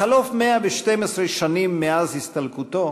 בחלוף 112 שנים מאז הסתלקותו,